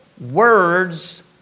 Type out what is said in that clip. words